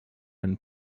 and